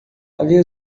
havia